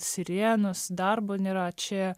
sirenos darbo nėra čia